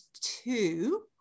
two